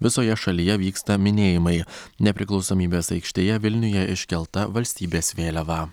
visoje šalyje vyksta minėjimai nepriklausomybės aikštėje vilniuje iškelta valstybės vėliava